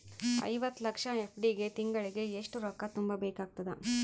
ಐವತ್ತು ಲಕ್ಷ ಎಫ್.ಡಿ ಗೆ ತಿಂಗಳಿಗೆ ಎಷ್ಟು ರೊಕ್ಕ ತುಂಬಾ ಬೇಕಾಗತದ?